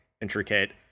intricate